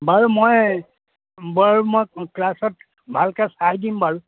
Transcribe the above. বাৰু মই বাৰু মই ক্লাছত ভালকৈ চাই দিম বাৰু